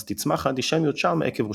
אז תצמח האנטישמיות שם עקב עושרם".